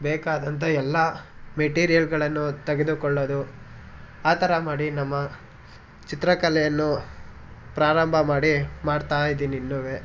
ಬೇಕಾದಂಥ ಎಲ್ಲ ಮೆಟೀರಿಯಲ್ಗಳನ್ನು ತೆಗೆದುಕೊಳ್ಳೋದು ಆ ಥರ ಮಾಡಿ ನಮ್ಮ ಚಿತ್ರಕಲೆಯನ್ನು ಪ್ರಾರಂಭ ಮಾಡಿ ಮಾಡ್ತಾ ಯಿದ್ದೀನಿ ಇನ್ನೂ